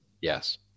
Yes